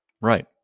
Right